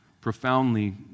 profoundly